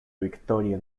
victoria